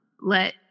let